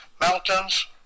mountains